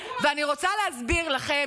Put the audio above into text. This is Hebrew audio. ואני רוצה להסביר לכם.